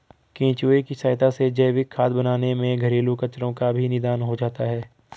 केंचुए की सहायता से जैविक खाद बनाने में घरेलू कचरो का भी निदान हो जाता है